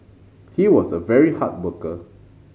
he was a very hard worker